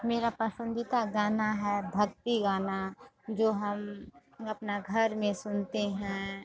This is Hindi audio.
मेरा पसंदीदा गाना है भक्ति गाना जो हम अपना घर में सुनते हैं